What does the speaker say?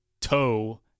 toe